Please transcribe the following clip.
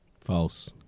False